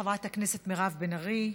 חברת הכנסת מירב בן ארי,